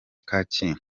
kacyiru